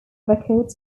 records